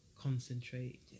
concentrate